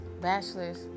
bachelors